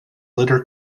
later